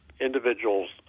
individuals